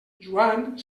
joan